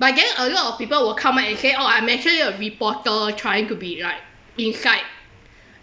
but getting a lot of people will come out and say oh I'm actually a reporter trying to be like inside